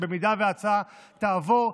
אם ההצעה תעבור,